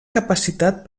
capacitat